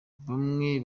bamwe